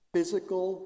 Physical